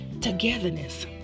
togetherness